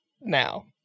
now